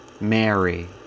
Mary